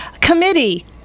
Committee